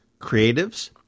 creatives